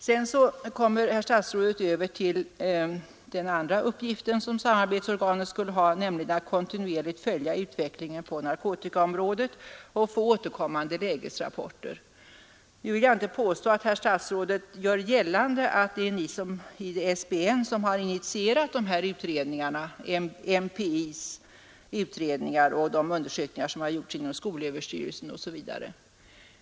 Herr statsrådet går sedan över till den andra uppgift som samarbetsorganet skulle ha, nämligen att kontinuerligt följa utvecklingen på narkotikaområdet och att ta in återkommande lägesrapporter. Nu vill jag inte påstå att herr statsrådet gör gällande att det är ni på SBN som har initierat MPI:s utredningar, de undersökningar som gjorts inom skolöverstyrelsen osv.